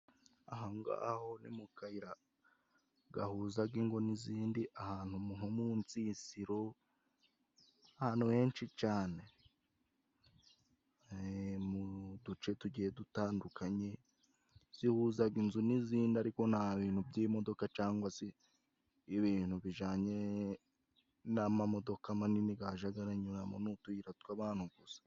Aha ngaha ni mu kayira gahuza ingo n'izindi ahantu nko mu nsisiro ahantu henshi cyane, mu duce tugiye dutandukanye zihuza inzu n'indi, ariko nta bintu by'imodoka cyangwa se ibintu bijyanye n'amamodoka manini ajya anyuramo, ni utuyira tw'abantu gusa.